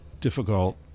difficult